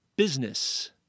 Business